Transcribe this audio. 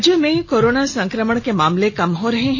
राज्य में कोरोना संक्रमण के मामले कम हो रहे हैं